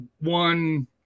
one